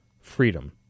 freedom